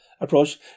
approach